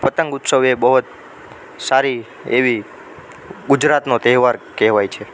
પતંગોત્સવ એ બહુ જ સારી એવી ગુજરાતનો તહેવાર કહેવાય છે